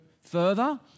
further